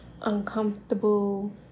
uncomfortable